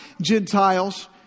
Gentiles